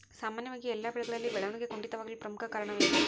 ಸಾಮಾನ್ಯವಾಗಿ ಎಲ್ಲ ಬೆಳೆಗಳಲ್ಲಿ ಬೆಳವಣಿಗೆ ಕುಂಠಿತವಾಗಲು ಪ್ರಮುಖ ಕಾರಣವೇನು?